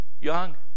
young